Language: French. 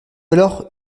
alors